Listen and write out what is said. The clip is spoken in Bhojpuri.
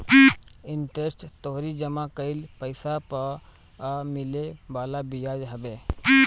इंटरेस्ट तोहरी जमा कईल पईसा पअ मिले वाला बियाज हवे